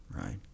right